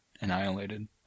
annihilated